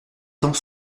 temps